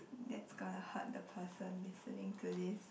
that's gonna hurt the person listening to this